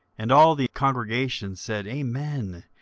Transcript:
and all the congregation said, amen,